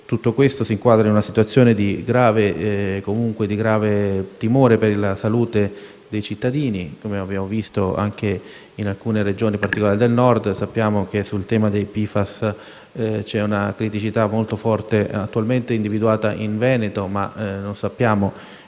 tutto questo si inquadri in una situazione di grave timore per la salute dei cittadini, come abbiamo visto anche in alcune Regioni, in particolare del Nord. Sappiamo che sul tema dei PFAS c'è una criticità molto forte, attualmente individuata in Veneto, ma non sappiamo